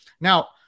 Now